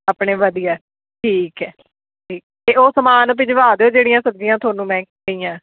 ਆਪਣੇ ਵਧੀਆ ਠੀਕ ਹੈ ਅਤੇ ਉਹ ਸਮਾਨ ਭਿਜਵਾ ਦਿਓ ਜਿਹੜੀਆਂ ਸਬਜ਼ੀਆਂ ਤੁਹਾਨੂੰ ਮੈਂ ਕਹੀਆਂ